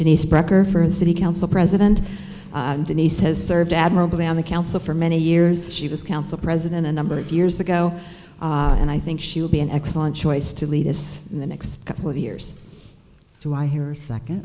a nice cracker for the city council president and denise has served admirably on the council for many years she was council president a number of years ago and i think she will be an excellent choice to lead us in the next couple of years so i hear a second